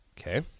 Okay